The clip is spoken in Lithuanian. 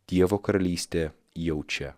dievo karalystė jau čia